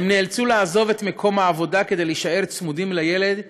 הן נאלצו לעזוב את מקום העבודה כדי להישאר צמודים לילד 24/7,